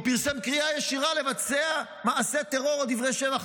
או פרסם קריאה ישירה לבצע מעשה טרור או דברי שבח.